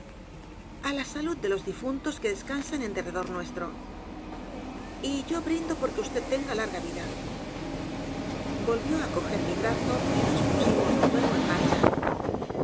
á la salud de los difuntos que descansan en d e r r e d o r nuestro i y yo brindo porque t e n g a vd l a r g a vida volvió á coger mi brazo y nos pusimos de nuevo en marcha